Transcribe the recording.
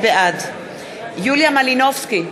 בעד יוליה מלינובסקי,